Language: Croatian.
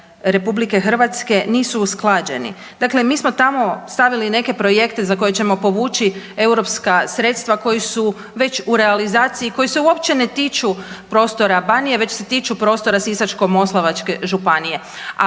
Republike Hrvatske nisu usklađeni. Dakle, mi smo tamo stavili neke projekte za koje ćemo povući europska sredstva koji su već u realizaciji, koji se uopće ne tiču prostora Banije već se tiču prostora Sisačko-moslavačke županije